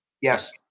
Yes